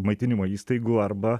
maitinimo įstaigų arba